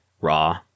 Raw